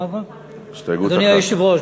אדוני היושב-ראש,